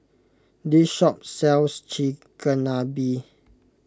this shop sells Chigenabe